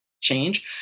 change